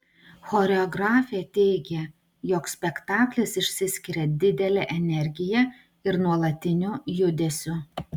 choreografė teigia jog spektaklis išsiskiria didele energija ir nuolatiniu judesiu